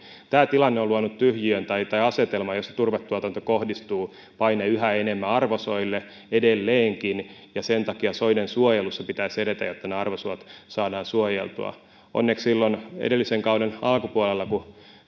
tämä tilanne on luonut asetelman jossa turvetuotannossa kohdistuu paine yhä enemmän arvosoille edelleenkin ja sen takia soiden suojelussa pitäisi edetä jotta ne arvosuot saadaan suojeltua onneksi silloin edellisen kauden alkupuolella kun